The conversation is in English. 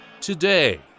today